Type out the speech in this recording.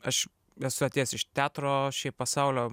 aš esu atėjęs iš teatro šiaip pasaulio